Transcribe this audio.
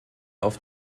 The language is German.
auf